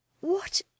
What